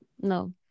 No